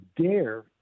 dare